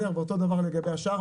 ואותו דבר לגבי השאר.